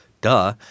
duh